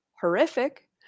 horrific